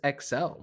XL